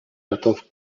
готов